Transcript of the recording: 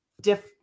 diff